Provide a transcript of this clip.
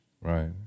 Right